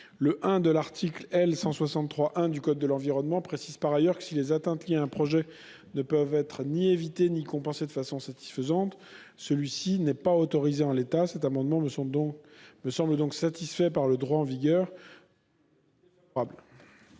Le I de l'article L. 163-1 du code de l'environnement précise par ailleurs, que, si les atteintes liées à un projet « ne peuvent être ni évitées, ni réduites, ni compensées de façon satisfaisante, celui-ci n'est pas autorisé en l'état. » Cet amendement me semble pleinement satisfait par le droit en vigueur